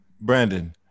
Brandon